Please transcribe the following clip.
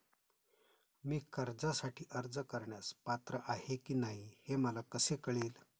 मी कर्जासाठी अर्ज करण्यास पात्र आहे की नाही हे मला कसे कळेल?